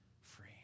free